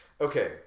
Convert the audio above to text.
okay